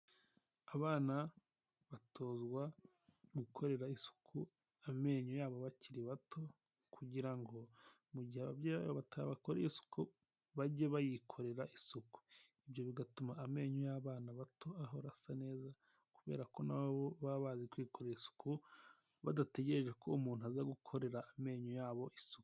Abana batozwa gukorera isuku amenyo yabo bakiri bato kugira ngo mu gihe ababyeyi babo batabakoreye isuku bajye bayikorera isuku, ibyo bigatuma amenyo y'abana bato ahora asa neza kubera ko nabo baba bazi kwikore isuku badategereje ko umuntu aza gukorera amenyo yabo isuku.